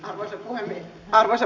arvoisa puhemies